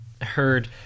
heard